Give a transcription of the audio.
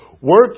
work